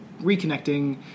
reconnecting